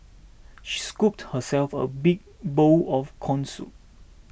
she scooped herself a big bowl of Corn Soup